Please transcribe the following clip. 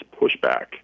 pushback